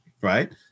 right